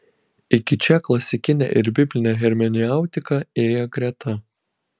iki čia klasikinė ir biblinė hermeneutika ėjo greta